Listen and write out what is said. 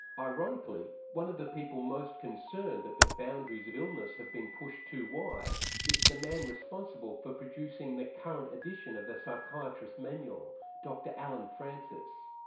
ironically one of the people most concerned that the boundaries of illness have been pushed too wide is the man responsible for producing the current edition of the psychiatrist's manual dr allen francis.